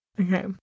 Okay